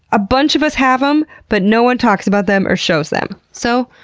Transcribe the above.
a bunch of us have them, but no one talks about them or shows them. so,